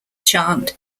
chant